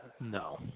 No